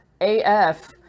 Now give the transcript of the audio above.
AF